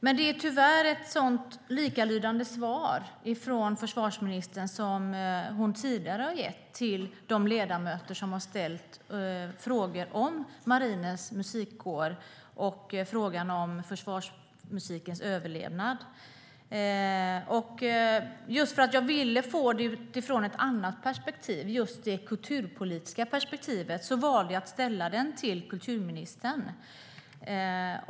Svaret är tyvärr likalydande med ett svar som hon tidigare har gett till de ledamöter som har ställt frågor om Marinens Musikkår och försvarsmusikens överlevnad. Jag ville få frågan utifrån ett annat perspektiv, det kulturpolitiska perspektivet, och därför valde jag att ställa interpellationen till kulturministern.